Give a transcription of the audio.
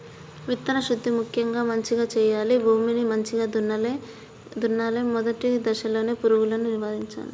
విత్తన శుద్ధి ముక్యంగా మంచిగ చేయాలి, భూమిని మంచిగ దున్నలే, మొదటి దశలోనే పురుగులను నివారించాలే